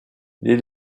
les